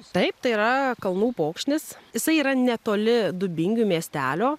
taip tai yra kalnų upokšnis jisai yra netoli dubingių miestelio